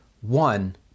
one